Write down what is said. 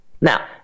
Now